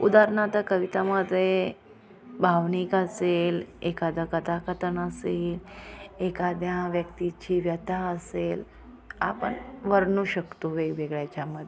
उदाहरणार्थ कवितामध्ये भावनिक असेल एखादं कथाकथन असेल एखाद्या व्यक्तीची व्यथा असेल आपण वर्णू शकतो वेगवेगळ्या याच्यामध्ये